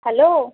hello